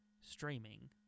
streaming